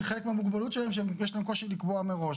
זה חלק מהמוגבלות שלהם שיש להם קושי לקבוע מראש.